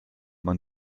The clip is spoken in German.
man